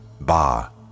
Ba